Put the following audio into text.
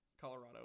Colorado